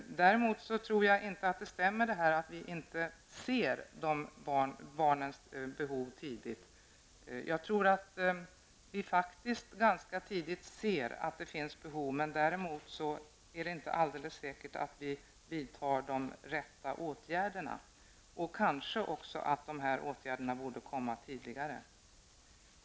Däremot tror jag inte att det stämmer att vi inte tidigt ser barnens behov. Jag tror att vi faktiskt ganska tidigt ser att det finns behov, men däremot är det inte alldeles säkert att vi vidtar de rätta åtgärderna. Kanske borde dessa åtgärder också sättas in tidigare.